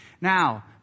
Now